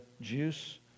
juice